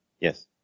Yes